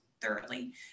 thoroughly